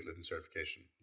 certification